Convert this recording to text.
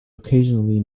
occasionally